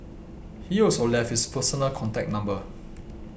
he also left his personal contact number